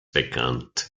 bekannt